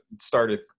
started